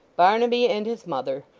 barnaby and his mother.